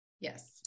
Yes